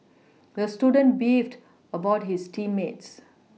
the student beefed about his team mates